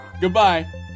Goodbye